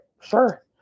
sure